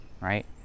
right